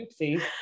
Oopsie